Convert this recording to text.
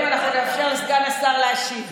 חברים, אנחנו נאפשר לסגן השר להשיב.